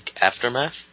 Aftermath